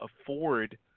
afford